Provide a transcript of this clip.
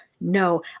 No